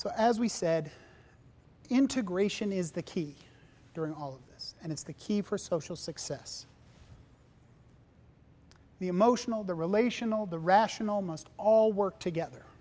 so as we said integration is the key during all of this and it's the key for social success the emotional the relational the rational must all work together